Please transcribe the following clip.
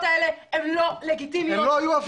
האלה הן לא לגיטימיות --- הן לא היו הפגנות,